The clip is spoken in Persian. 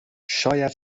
شاید